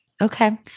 Okay